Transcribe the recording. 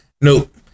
nope